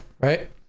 right